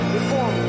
reform